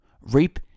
reap